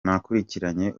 nakurikiranye